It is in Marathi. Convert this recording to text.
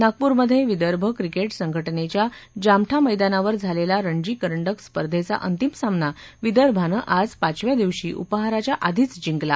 नागपूरमध्ये विदर्भ क्रिकेट संघटनेच्या जामठा मैदानावर झालेला रणजी करंडक स्पर्धेचा अंतिम सामना विदर्भानं आज पाचव्या दिवशी उपाहाराच्या आधीच जिंकला